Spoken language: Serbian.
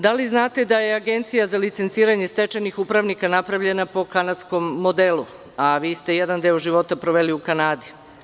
Da li znate da je Agencija za licenciranje stečajnih upravnika napravljena po Kanadskom modelu, a vi ste jedan deo života proveli u Kanadi.